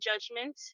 judgment